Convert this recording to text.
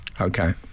Okay